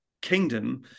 kingdom